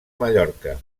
mallorca